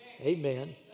Amen